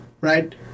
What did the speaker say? Right